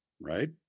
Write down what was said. Right